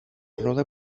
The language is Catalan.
roda